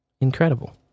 Incredible